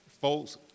Folks